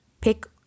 Pick